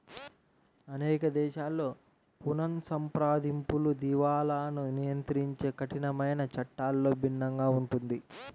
అనేక దేశాలలో పునఃసంప్రదింపులు, దివాలాను నియంత్రించే కఠినమైన చట్టాలలో భిన్నంగా ఉంటుంది